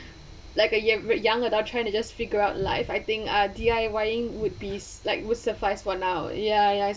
like a young younger they're trying to just figure out life I think or D_I_Ying would be slight would suffice for now ya